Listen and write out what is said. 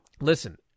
Listen